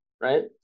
right